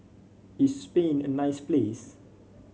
is Spain a nice place